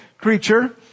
creature